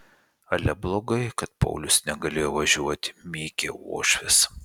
ale blogai kad paulius negalėjo važiuoti mykė uošvis